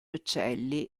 uccelli